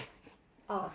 oh